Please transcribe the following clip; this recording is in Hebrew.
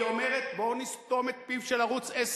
היא אומרת: בואו נסתום את פיו של ערוץ-10,